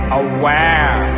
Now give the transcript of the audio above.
aware